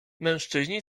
mężczyźni